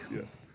Yes